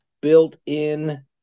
built-in